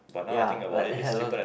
ya but